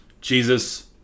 Jesus